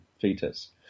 fetus